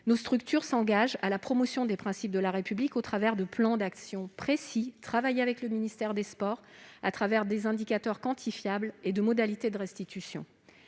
nos structures participeront à la promotion des principes de la République, au travers non seulement de plans d'action précis, travaillés avec le ministère des sports, mais aussi d'indicateurs quantifiables et de modalités de restitution.